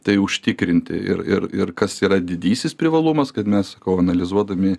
tai užtikrinti ir ir ir kas yra didysis privalumas kad mes sakau analizuodami